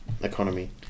economy